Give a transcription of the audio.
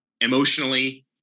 emotionally